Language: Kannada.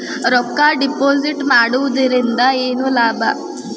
ರೊಕ್ಕ ಡಿಪಾಸಿಟ್ ಮಾಡುವುದರಿಂದ ಏನ್ ಲಾಭ?